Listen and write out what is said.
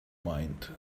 mind